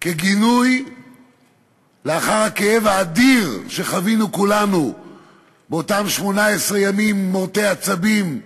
כגינוי לאחר הכאב האדיר שחווינו כולנו באותם 18 ימים מורטי עצבים,